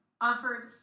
offered